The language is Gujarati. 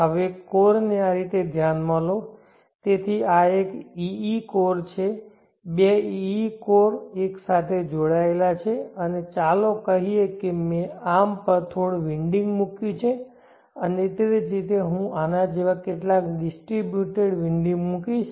હવે કોર ને આ રીતે ધ્યાનમાં લો તેથી આ એક EE કોર છે બે EE કોર એક સાથે જોડાયા છે અને ચાલો કહીએ કે મેં આર્મ પર થોડું વિન્ડિંગ મૂક્યું છે અને તે જ રીતે હું આના જેવા કેટલાક ડિસ્ટ્રિબ્યુટેડ વિન્ડિંગ મૂકીશ